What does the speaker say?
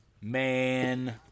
Man